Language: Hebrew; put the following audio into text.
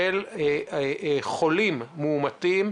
של חולים מאומתים,